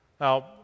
Now